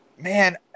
man